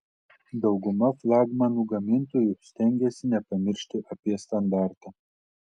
dauguma flagmanų gamintojų stengiasi nepamiršti apie standartą